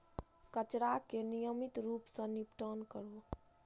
कचरा के नियमित रूप सं निपटान करू